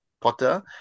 Potter